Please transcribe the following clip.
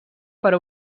per